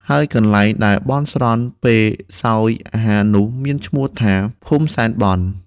ហើយកន្លែងដែលបន់ស្រន់ពេលសោយអាហារ នោះ មានឈ្មោះថា ភូមិសែនបន់។